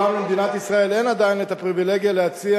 אולם למדינת ישראל אין עדיין הפריווילגיה להציע